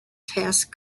task